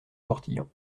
portillon